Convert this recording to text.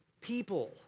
People